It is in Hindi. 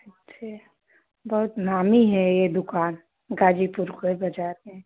ठीक बहुत नामी है यह दुकान गाजीपुर के बाजार में